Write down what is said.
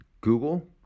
Google